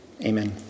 amen